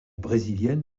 brésilienne